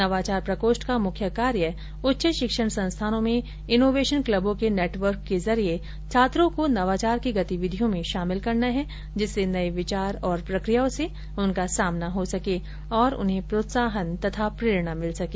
नवाचार प्रकोष्ठ का मुख्य कार्य उच्च शिक्षण संस्थानों में इनोवेशन क्लबों के नेटवर्क के जरिये छात्रों को नवाचार की गतिविधियों में शामिल करना है जिससे नये विचार तथा प्रक्रियाओं से उनका सामना हो सके और उन्हें प्रोत्साहन तथा प्रेरणा मिल सके